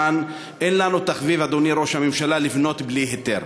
אין לנו תחביב, אדוני ראש הממשלה, לבנות בלי היתר,